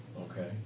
Okay